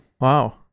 wow